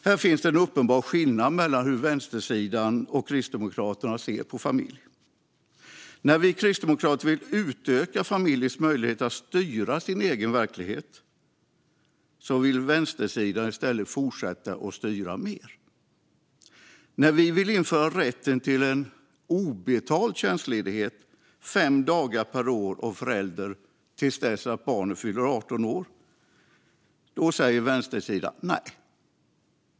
Här finns det en uppenbar skillnad mellan hur vänstersidan och Kristdemokraterna ser på familj. När vi kristdemokrater vill utöka familjers möjlighet att styra sin egen verklighet vill vänstersidan i stället fortsätta att styra mer. När vi vill införa rätten till en obetald tjänstledighet fem dagar per år och förälder till dess att barnet fyller 18 år säger vänstersidan nej.